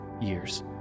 years